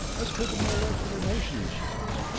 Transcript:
as could the molecular motion machines.